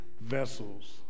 Vessels